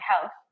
health